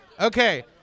okay